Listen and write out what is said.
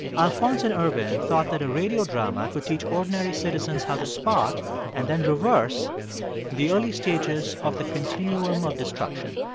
alphonse and ervin and thought that a radio drama could teach ordinary citizens how to spot and then reverse the early stages of the continuum of destruction.